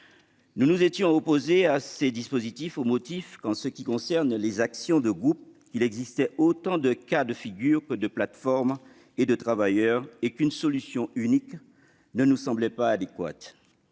Nous nous étions opposés à de telles dispositions au motif qu'en ce qui concerne les actions de groupe, il existait autant de cas de figure que de plateformes et de travailleurs et qu'une solution unique ne nous semblait pas adéquate.